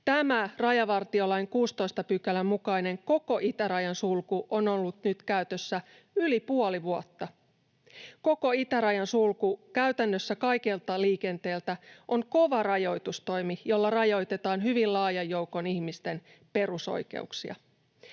Tämä rajavartiolain 16 §:n mukainen koko itärajan sulku on ollut nyt käytössä yli puoli vuotta. Koko itärajan sulku käytännössä kaikelta liikenteeltä on kova rajoitustoimi, jolla rajoitetaan hyvin laajan ihmisjoukon perusoikeuksia.